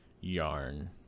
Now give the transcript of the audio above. yarn